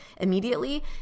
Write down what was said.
immediately